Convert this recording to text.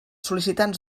sol·licitants